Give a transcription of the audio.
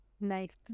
Nice